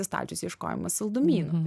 įstačius ieškojimas saldumynų